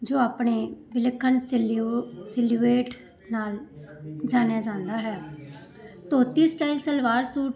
ਜੋ ਆਪਣੇ ਵਿਲੱਖਣ ਸਲਿਊ ਸਲੀਵੇਟ ਨਾਲ ਜਾਣਿਆ ਜਾਂਦਾ ਹੈ ਧੋਤੀ ਸਟਾਈਲ ਸਲਵਾਰ ਸੂਟ